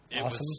Awesome